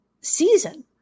season